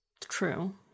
True